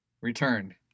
Returned